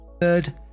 third